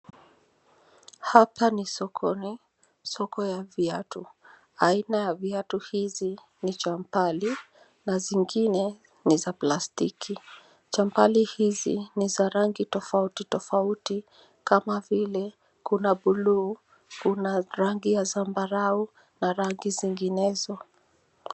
Hapa ni sokoni; soko ya viatu. Aina ya viatu hizi ni champali na zingine ni za plastiki. Champali hizi ni za rangi tofauti tofauti kama vile kuna bluu, kuna rangi ya zambarau na rangi zinginezo.